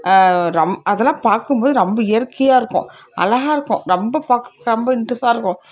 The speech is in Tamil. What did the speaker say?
ரொம் அதெல்லாம் பார்க்கும் போது ரொம்ப இயற்கையாக இருக்கும் அழகா இருக்கும் ரொம்பப் பார்க்க ரொம்ப இன்ட்ரெஸ்ட்டாக இருக்கும்